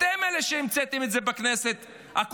אתם אלה שהמצאתם את זה בכנסת הקודמת,